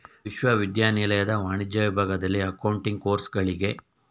ವಿಶ್ವವಿದ್ಯಾನಿಲಯದ ವಾಣಿಜ್ಯ ವಿಭಾಗದಲ್ಲಿ ಅಕೌಂಟಿಂಗ್ ಕೋರ್ಸುಗಳಿಗೆ